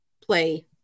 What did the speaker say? play